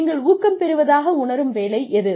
நீங்கள் ஊக்கம் பெறுவதாக உணரும் வேலை எது